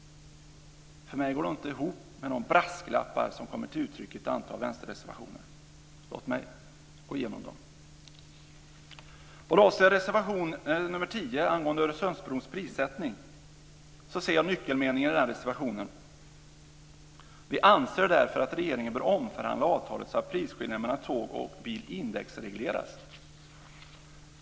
För mig går det inte ihop med de brasklappar som kommer till uttryck i ett antal vänsterreservationer. Låt mig gå igenom dem. Vad avser reservation 10 angående prissättningen för Öresundsbron ser jag nyckelmeningar i reservationen. Där står: "Vi anser därför att regeringen bör omförhandla avtalet så att prisskillnaden mellan tåg och bil indexregleras."